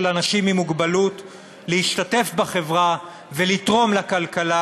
אנשים עם מוגבלות להשתתף בחברה ולתרום לכלכלה,